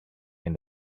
and